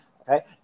Okay